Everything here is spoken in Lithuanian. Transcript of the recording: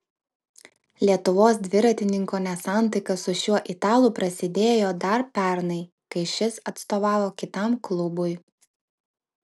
lietuvos dviratininko nesantaika su šiuo italu pasidėjo dar pernai kai šis atstovavo kitam klubui